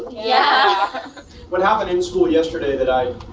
yeah what happened in school yesterday that i